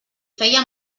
feia